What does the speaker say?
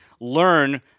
learn